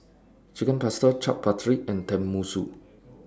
Chicken Pasta Chaat Papri and Tenmusu